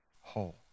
whole